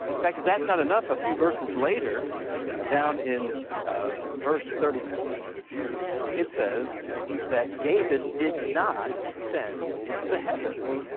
in fact if that's not enough a few verses later down in verse thirty four it says that david did not ascend into the heavens.